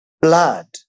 blood